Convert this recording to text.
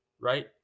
right